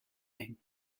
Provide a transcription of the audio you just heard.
eng